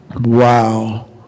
Wow